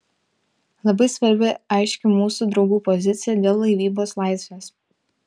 labai svarbi aiški mūsų draugų pozicija dėl laivybos laisvės